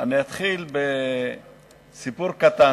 אני אתחיל בסיפור קטן.